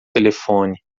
telefone